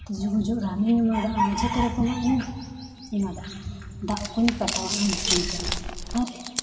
ᱛᱤᱡᱩ ᱜᱩᱡᱩᱜ ᱨᱟᱱᱤᱧ ᱮᱢᱟᱫᱟᱜᱼᱟ ᱮᱢᱟᱫᱟᱜᱼᱟ ᱫᱟᱜ ᱠᱚᱧ ᱯᱟᱴᱟᱣᱟᱜᱼᱟ ᱢᱮᱥᱤᱱ ᱛᱮ ᱟᱨ